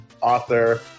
author